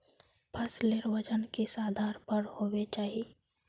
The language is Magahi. फसलेर वजन किस आधार पर होबे चही?